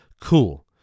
cool